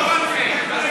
אני לא הבנתי.